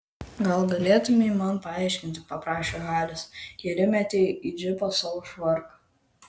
gal galėtumei man paaiškinti paprašė haris ir įmetė į džipą savo švarką